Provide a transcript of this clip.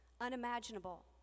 unimaginable